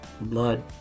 blood